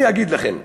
אני אגיד לכם.